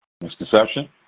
Misconception